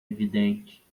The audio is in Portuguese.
evidente